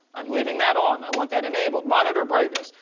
i'm leaving that on. i want that enabled. monitor brightness,